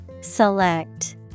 Select